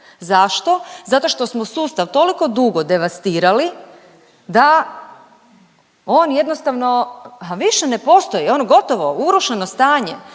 Zašto? Zato što smo sustav toliko dugo devastirali da on jednostavno, a više ne postoji, ono gotovo, urušeno stanje.